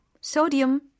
sodium